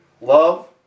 Love